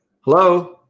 Hello